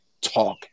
talk